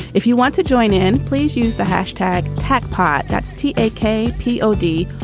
if you want to join in, please use the hashtag tach part. that's t a k p o d.